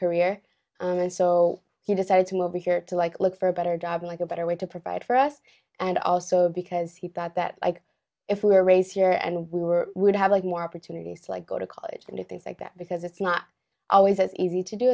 career and so he decided to move be here to like look for a better job like a better way to provide for us and also because he thought that if we were raised here and we were would have more opportunities like go to college and do things like that because it's not always as easy to do